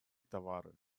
товары